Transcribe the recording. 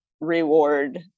reward